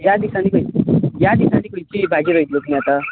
ह्या दिसांनी खंयची ह्या दिसानी खंयची भाजी रोयतली तुमी आतां